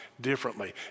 differently